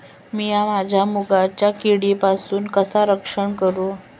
मीया माझ्या मुगाचा किडीपासून कसा रक्षण करू?